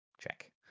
check